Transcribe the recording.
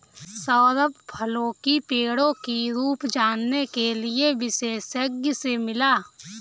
सौरभ फलों की पेड़ों की रूप जानने के लिए विशेषज्ञ से मिला